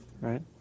Right